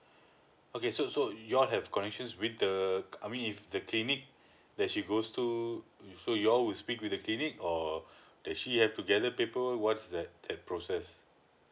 okay so so you all have connections with the I mean if the clinic that she goes to so you all will speak with the clinic or actually does she have to gather paper work what's that that process